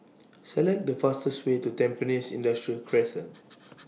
Select The fastest Way to Tampines Industrial Crescent